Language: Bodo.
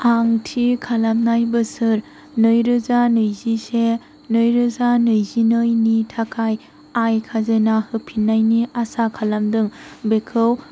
आं थि खालामनाय बोसोर नैरोजा नैजिसे नैरोजा नैजिनैनि थाखाय आय खाजोना होफिन्नायनि आसा खालामदों बेखौ